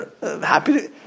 Happy